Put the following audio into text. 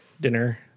dinner